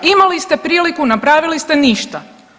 Imali ste priliku, napravili ste ništa.